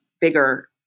bigger